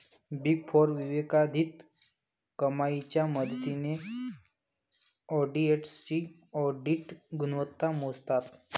big four विवेकाधीन कमाईच्या मदतीने ऑडिटर्सची ऑडिट गुणवत्ता मोजतात